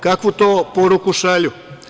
Kakvu tu poruku šalju?